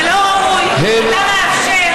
אתה יודע, השר